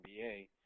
NBA